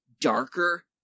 darker